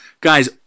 guys